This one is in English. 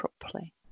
properly